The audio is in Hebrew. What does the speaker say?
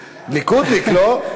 ליכודניק, לא?